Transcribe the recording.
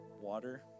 water